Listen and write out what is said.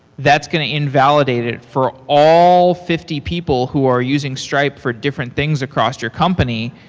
that's going to invalidate it for all fifty people who are using stripe for different things across your company.